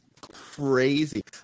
crazy